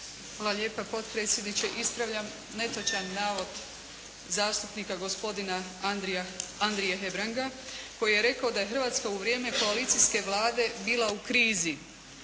Hvala lijepa potpredsjedniče. Ispravljam netočan navod zastupnika gospodina Andrije Hebranga koji je rekao da je Hrvatska u vrijeme koalicijske Vlade bila u krizi